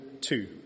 two